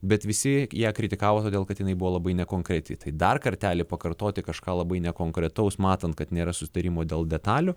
bet visi ją kritikavo todėl kad jinai buvo labai nekonkreti tai dar kartelį pakartoti kažką labai nekonkretaus matant kad nėra sutarimo dėl detalių